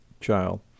child